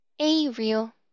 A-Real